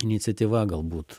iniciatyva galbūt